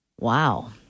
Wow